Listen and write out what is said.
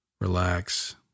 relax